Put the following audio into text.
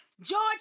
George